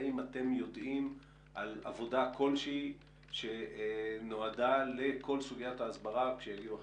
האם אתם יודעים על עבודה כלשהי שנועדה לסוגית ההסברה כשיגיעו החיסונים?